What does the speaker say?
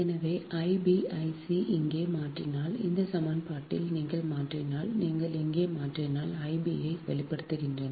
எனவே I b I c இங்கே மாற்றினால் இந்த சமன்பாட்டில் நீங்கள் மாற்றினால் நீங்கள் இங்கே மாற்றினால் I b ஐ வெளிப்படுத்துகிறேன்